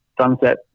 Sunset